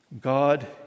God